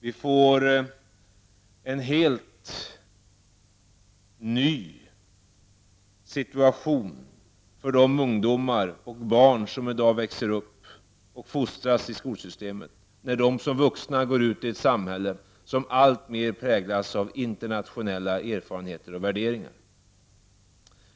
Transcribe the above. Vi får en helt ny situation för de barn och ungdomar som i dag växer upp och fostras i skolsystemet när de som vuxna går ut i ett samhälle som alltmer präglats av internationella erfarenheter och värderingar.